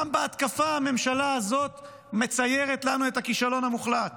גם בהתקפה הממשלה הזאת מציירת לנו את הכישלון המוחלט